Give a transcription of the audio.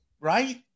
right